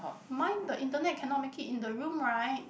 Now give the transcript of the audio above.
mine the internet cannot make it in the room right